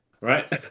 Right